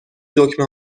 دکمه